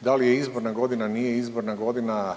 Da li je izborna godina, nije izborna godina,